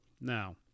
Now